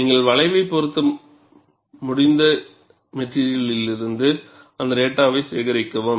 நீங்கள் வளைவைப் பொருத்த முடிந்த மெட்டிரியலில்லிருந்து அந்தத் டேட்டாவை சேகரிக்கவும்